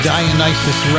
Dionysus